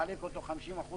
לחלק אותו 50%-50%,